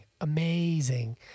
Amazing